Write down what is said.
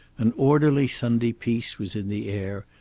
an orderly sunday peace was in the air,